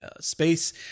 space